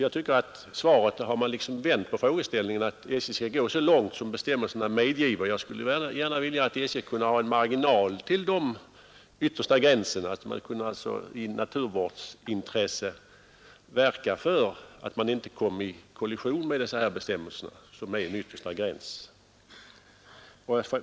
Jag tycker med andra ord att statsrådet liksom har vänt på frågeställningen i svaret, när det sägs att SJ skall gå så långt som bestämmelserna medgiver. Jag skulle vilja att SJ hade en marginal till den där yttersta gränsen, alltså att man i naturvårdens intresse skulle kunna verka för att inte komma i kollision med gällande bestämmelser, som så att säga markerar den yttersta gränsen.